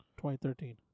2013